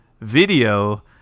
video